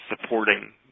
supporting